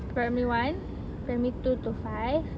primary one primary two to five